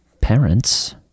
parents